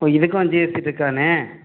இப்போ இதுக்கும் ஜிஎஸ்டி இருக்காண்ணா